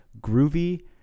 groovy